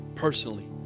personally